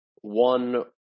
one